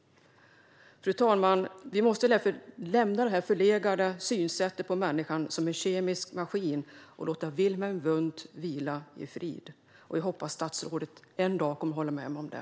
Fru talman! Vi måste därför lämna det förlegade synsättet på människan som en kemisk maskin och låta Wilhelm Wundt vila i frid. Jag hoppas att statsrådet en dag kommer att hålla med mig om det.